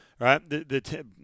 right